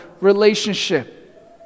relationship